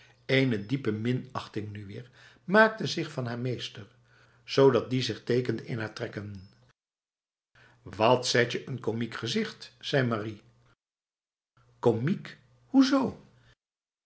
ene diepe minachting nu weer maakte zich van haar meester zodat die zich tekende in haar trekken wat zetje een komiek gezicht zei marie komiek hoezo